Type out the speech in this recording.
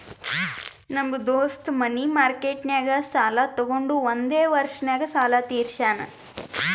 ನಮ್ ದೋಸ್ತ ಮನಿ ಮಾರ್ಕೆಟ್ನಾಗ್ ಸಾಲ ತೊಗೊಂಡು ಒಂದೇ ವರ್ಷ ನಾಗ್ ಸಾಲ ತೀರ್ಶ್ಯಾನ್